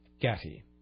Gatti